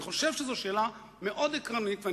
אני חושב שזו שאלה עקרונית מאוד.